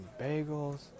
bagels